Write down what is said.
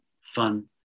fun